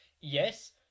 Yes